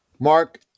Mark